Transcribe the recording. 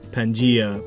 Pangaea